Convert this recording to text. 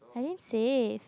I didn't says